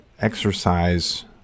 exercise